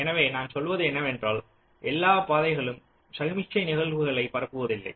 எனவே நான் சொல்வது என்னவென்றால் எல்லா பாதைகளும் சமிக்ஞை நிகழ்வுகளை பரப்புவதில்லை